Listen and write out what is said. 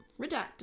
redacted